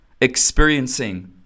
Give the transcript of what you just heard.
experiencing